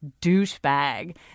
douchebag